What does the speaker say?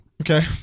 Okay